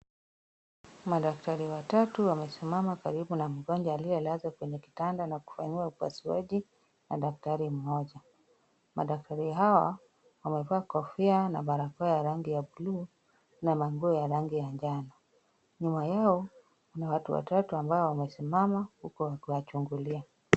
Madaktari watatu wamesimama karibu na mgonjwa aliyelazwa kwenye kitanda ya kufanyiwa upasuaji na daktari mmoja. Madaktari hawa wamevaa kofia na barakoa ya rangi ya buluu na manguo ya rangi ya njano. Nyuma yao, kuna watu watatu ambao wamesimama huku wakiwachungulia.